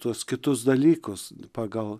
tuos kitus dalykus pagal